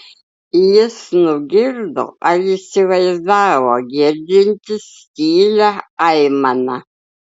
jis nugirdo ar įsivaizdavo girdintis tylią aimaną